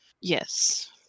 Yes